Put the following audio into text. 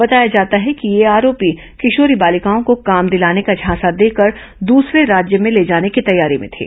बताया जाता है कि ये आरोपी किशोरी बालिकाओं को काम दिलाने का झांसा देकर दूसरे राज्य में ले जाने की तैयारी में थे